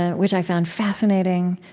ah which i found fascinating.